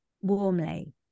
warmly